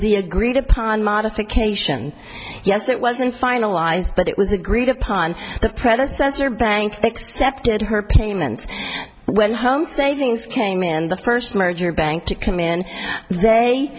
the agreed upon modification yes it wasn't finalized but it was agreed upon the predecessor bank they accepted her payments when home savings came in the first merger bank to come in they